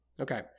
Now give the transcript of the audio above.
Okay